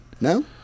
No